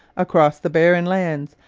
across the barren lands,